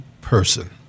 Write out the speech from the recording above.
person